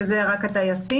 שזה רק הטייסים,